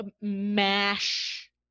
Mash